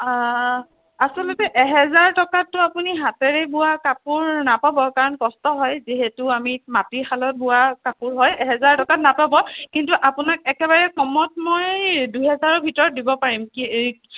আচলতে এহেজাৰ টকাততো আপুনি হাতেৰে বোৱা কাপোৰ নাপাব কাৰণ কষ্ট হয় যিহেতু আমি মাটি শালত বোৱা কাপোৰ হয় এহেজাৰ টকাত নাপাব কিন্তু আপোনাক একেবাৰে কমত মই দুহেজাৰৰ ভিতৰত দিব পাৰিম কি